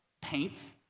paints